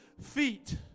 feet